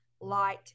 light